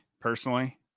personally